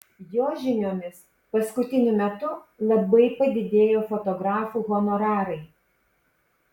jo žiniomis paskutiniu metu labai padidėjo fotografų honorarai